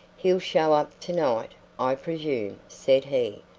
he'll show up to-night, i presume, said he,